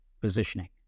positioning